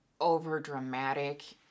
overdramatic